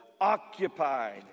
occupied